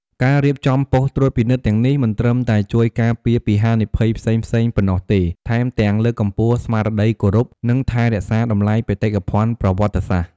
ការរៀបចំប៉ុស្តិ៍ត្រួតពិនិត្យទាំងនេះ មិនត្រឹមតែជួយការពារពីហានិភ័យផ្សេងៗប៉ុណ្ណោះទេ ថែមទាំងលើកកម្ពស់ស្មារតីគោរព និងថែរក្សាតម្លៃបេតិកភណ្ឌប្រវត្តិសាស្ត្រ។